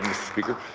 speaker,